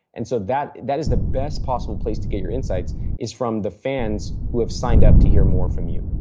and so, that that is the best possible place to get your insights is from the fans who have signed up to hear more from you.